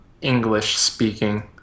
English-speaking